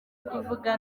kuvuga